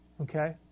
Okay